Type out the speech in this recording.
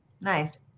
Nice